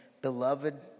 beloved